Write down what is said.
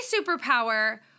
superpower